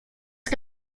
que